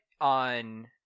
on